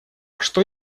что